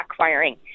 backfiring